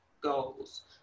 goals